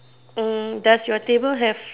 um does your table have